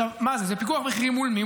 עכשיו, מה זה, זה פיקוח מחירים מול מי?